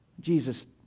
Jesus